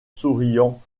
souriant